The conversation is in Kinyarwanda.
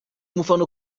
umufana